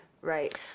right